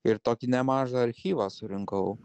ir tokį nemažą archyvą surinkau